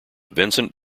vincent